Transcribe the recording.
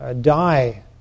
die